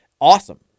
awesome